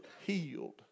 healed